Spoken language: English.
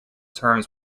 terms